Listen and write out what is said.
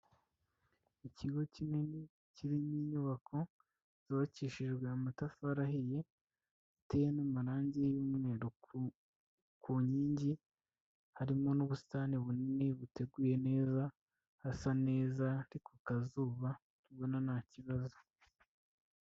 Ikigo kinini kirimo inyubako zubakishijwe amatafari ahiye giteye n'amarangi y'umweru, ku nkingi harimo n'ubusitani bunini buteguye neza, hasa neza ari ku kazuba ubona nta kibazo.